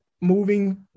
moving